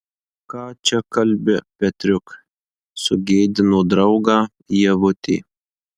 ką čia kalbi petriuk sugėdino draugą ievutė